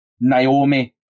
Naomi